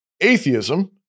Atheism